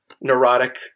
neurotic